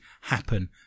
happen